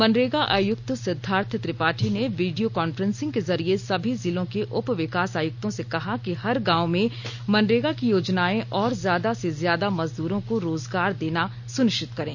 मनरेगा आयुक्त सिद्धार्थ त्रिपाठी ने video conferencing के जरिए सभी जिलों के उप विकास आयुक्तों से कहा कि हर गांव में मनरेगा की योजनाएं और ज्यादा से ज्यादा मजदूरों को रोजगार देना सूनिश्चित करें